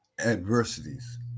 adversities